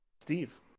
Steve